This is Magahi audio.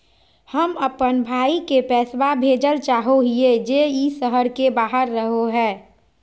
हम अप्पन भाई के पैसवा भेजल चाहो हिअइ जे ई शहर के बाहर रहो है